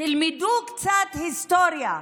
תלמדו קצת היסטוריה.